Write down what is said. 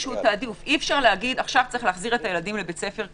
אי אפשר לומר: צריך להחזיר את הילדים לבית הספר,